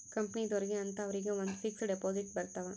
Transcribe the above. ಕಂಪನಿದೊರ್ಗೆ ಅಂತ ಅವರಿಗ ಒಂದ್ ಫಿಕ್ಸ್ ದೆಪೊಸಿಟ್ ಬರತವ